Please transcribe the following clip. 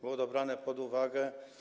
Było to brane pod uwagę.